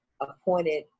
appointed